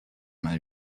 mal